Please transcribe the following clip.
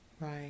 Right